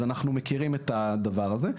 אז אנחנו מכירים את הדבר הזה.